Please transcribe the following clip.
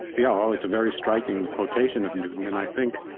yeah well, it's a very striking quotation of newton, and i think,